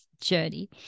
journey